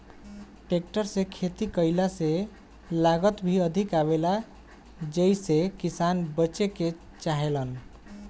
tractor से खेती कईला से लागत भी अधिक आवेला जेइसे किसान बचे के चाहेलन